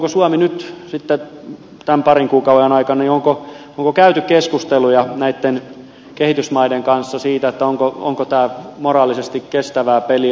onko nyt sitten näiden parin kuukauden aikana käyty keskusteluja näitten kehitysmaiden kanssa siitä onko tämä moraalisesti kestävää peliä